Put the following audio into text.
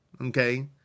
Okay